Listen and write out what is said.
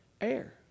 air